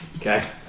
Okay